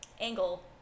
angle